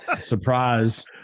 Surprise